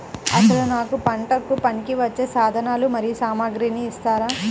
అసలు నాకు పంటకు పనికివచ్చే సాధనాలు మరియు సామగ్రిని ఇస్తారా?